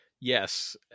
Yes